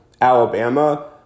Alabama